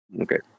Okay